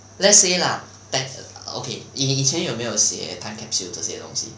let's say lah that err okay 你以前有没有写 time capsule 这些东西